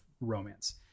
romance